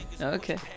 Okay